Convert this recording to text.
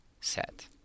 set